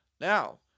Now